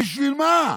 בשביל מה?